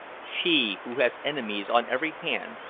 she, who has enemies on every hand,